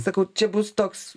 sakau čia bus toks